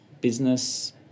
business